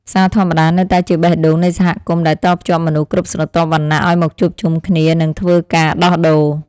ផ្សារធម្មតានៅតែជាបេះដូងនៃសហគមន៍ដែលតភ្ជាប់មនុស្សគ្រប់ស្រទាប់វណ្ណៈឱ្យមកជួបជុំគ្នានិងធ្វើការដោះដូរ។